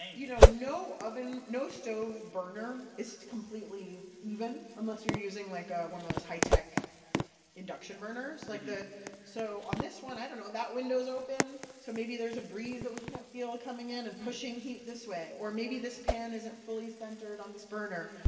you know, no oven, no stove burner is completely even unless you're using, like, ah one of those high-tech induction burners, like the so on this one i don't know. that window's open, so maybe there's a breeze that we can't feel coming in and pushing heat this way or maybe this pan isn't fully centered on this burner.